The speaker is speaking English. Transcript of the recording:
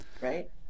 right